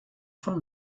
von